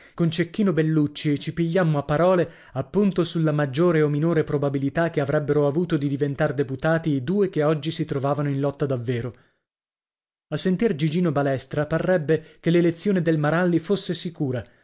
con cecchino bellucci ci pigliammo a parole appunto sulla maggiore o minore probabilità che avrebbero avuto di diventar deputati i due che oggi si trovavano in lotta davvero a sentir gigino balestra parrebbe che l'elezione del maralli fosse sicura